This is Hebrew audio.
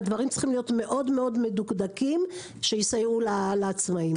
והדברים צריכים להיות מאוד מדוקדקים שיסייעו לעצמאיים.